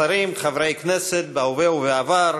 שרים, חברי כנסת בהווה ובעבר,